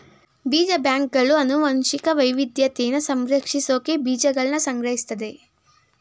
ಬೀಜ ಬ್ಯಾಂಕ್ಗಳು ಅನುವಂಶಿಕ ವೈವಿದ್ಯತೆನ ಸಂರಕ್ಷಿಸ್ಸೋಕೆ ಬೀಜಗಳ್ನ ಸಂಗ್ರಹಿಸ್ತದೆ